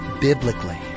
biblically